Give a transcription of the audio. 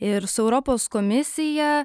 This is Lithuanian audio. ir su europos komisija